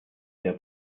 der